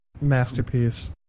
masterpiece